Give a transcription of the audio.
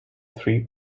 three